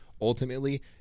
Ultimately